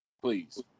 Please